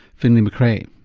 finlay macrae.